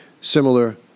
similar